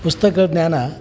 ಪುಸ್ತಕ ಜ್ಞಾನ